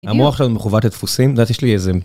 המוח שלנו מחווט לדפוסים, את יודעת יש לי איזה